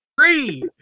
Three